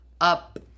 up